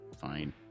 fine